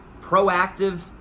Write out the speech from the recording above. proactive